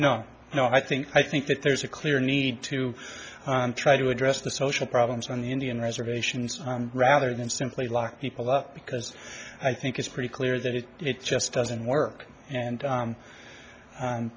know i think i think that there's a clear need to try to address the social problems on the indian reservations rather than simply lock people up because i think it's pretty clear that it it just doesn't work and